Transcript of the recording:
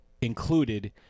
included